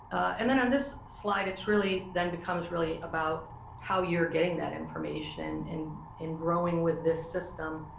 and then, on this slide, it's really then becomes really about how you're getting that information, and and and growing with this system,